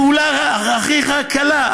זו פעולה הכי קלה.